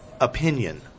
opinion